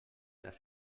les